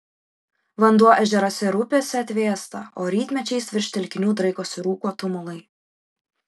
vanduo ežeruose ir upėse atvėsta o rytmečiais virš telkinių draikosi rūko tumulai